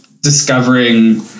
discovering